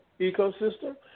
ecosystem